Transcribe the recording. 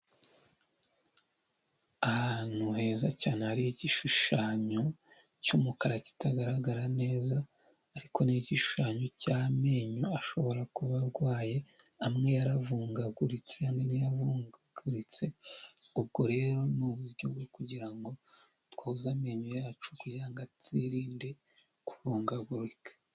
Ahantu heza cyane hari igishushanyo cy'umukara kitagaragara neza ariko ni igishushanyo cy'amenyo ashobora kuba arwaye, amwe yaravungaguritse andi nti yavungaguritse ubwo rero ni uburyo bwo kugira ngo twozwe amenyo yacu kugira ngo azirinde kuyavangagurika.